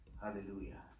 Hallelujah